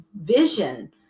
vision